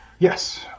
Yes